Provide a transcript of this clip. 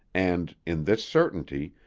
and, in this certainty,